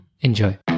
Enjoy